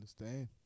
understand